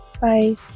Bye